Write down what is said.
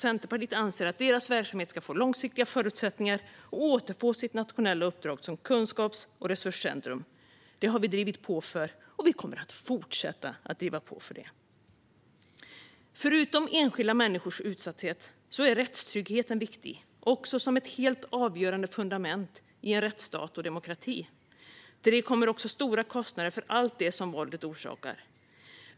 Centerpartiet anser att deras verksamhet ska få långsiktiga förutsättningar och återfå sitt nationella uppdrag som kunskaps och resurscentrum. Det har vi drivit på för, och vi kommer att fortsätta driva på för det. Utöver frågan om enskilda människors utsatthet är rättstryggheten viktig som ett helt avgörande fundament i en rättsstat och demokrati. Till det kommer också stora kostnader för allt det som våldet orsakar.